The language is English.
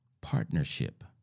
Partnership